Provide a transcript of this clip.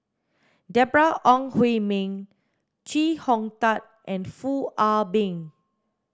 Deborah Ong Hui Min Chee Hong Tat and Foo Ah Bee